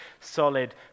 solid